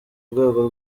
rwego